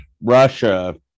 russia